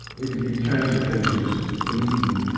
it can be cancer patients bleedin',